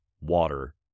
water